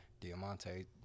Diamante